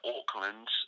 Auckland